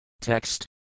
Text